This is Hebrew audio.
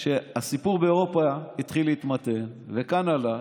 כשהסיפור באירופה התחיל להתמתן וכאן עלה,